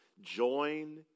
join